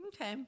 Okay